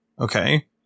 Okay